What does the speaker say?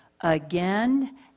again